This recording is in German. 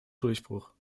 durchbruch